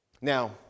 now